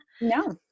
No